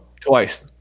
Twice